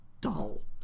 dull